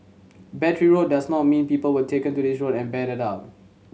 battery does not mean people were taken to this road and battered up